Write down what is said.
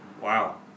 Wow